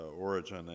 origin